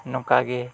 ᱱᱚᱝᱠᱟᱜᱮ